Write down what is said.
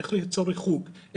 איך ליצור ריחוק,